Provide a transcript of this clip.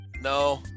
No